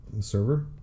server